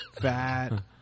fat